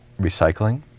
recycling